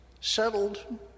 settled